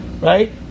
right